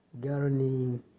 gardening